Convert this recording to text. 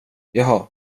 jaha